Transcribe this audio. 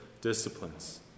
disciplines